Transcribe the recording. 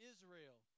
Israel